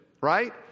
right